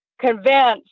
convinced